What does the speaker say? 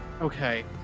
Okay